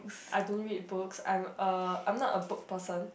I don't read books I am uh I am not a book person